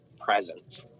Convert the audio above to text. presence